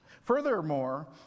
Furthermore